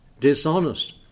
Dishonest